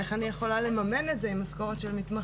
איך אני יכולה לממן את זה עם משכורת של מתמחה?